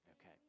Okay